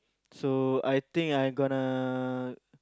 so I think I gonna